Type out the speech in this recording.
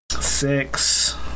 Six